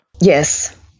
Yes